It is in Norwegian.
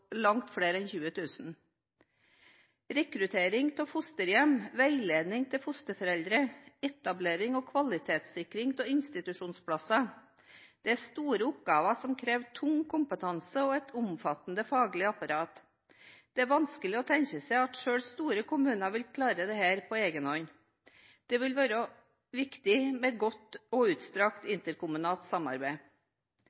langt flere enn 20 000 innbyggere. Rekruttering av fosterhjem, veiledning til fosterforeldre og etablering og kvalitetssikring av institusjonsplasser er store oppgaver som krever tung kompetanse og et omfattende faglig apparat. Det er vanskelig å tenke seg at selv store kommuner vil klare dette på egen hånd. Det vil være viktig med godt og utstrakt